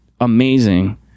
amazing